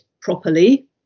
properly